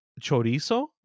chorizo